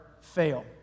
fail